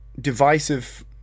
divisive